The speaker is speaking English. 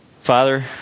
Father